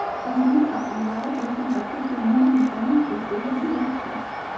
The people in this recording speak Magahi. कंपनी अप्पन लागत में सम्पति के मोल में कमि के सेहो गिनै छइ